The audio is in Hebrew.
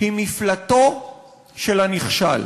היא מפלטו של הנכשל,